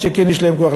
כן יש להם כוח.